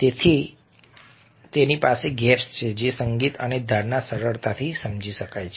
તેથી તેમની પાસે ગેપ્સ છે જે સંગીત અને ધારણા સરળતાથી સમજી શકાય છે